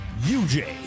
UJ